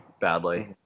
badly